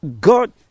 God